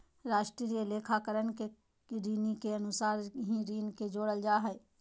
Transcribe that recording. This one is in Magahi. राष्ट्रीय लेखाकरण में ऋणि के अनुसार ही ऋण के जोड़ल जा हइ